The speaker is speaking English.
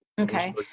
Okay